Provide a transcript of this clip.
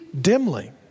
dimly